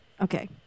Okay